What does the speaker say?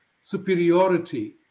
superiority